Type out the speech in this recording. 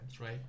right